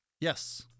Yes